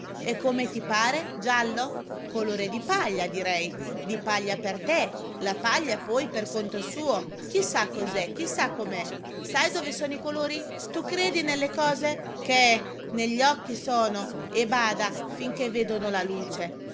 e come ti pare giallo colore di paglia direi di paglia per te la paglia poi per conto suo chi sa cos'è chi sa com'è sai dove sono i colori tu credi nelle cose che negli occhi sono e bada finché vedono la luce